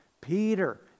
Peter